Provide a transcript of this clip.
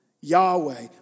Yahweh